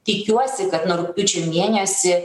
tikiuosi kad nuo rugpjūčio mėnesį